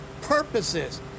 purposes